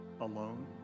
alone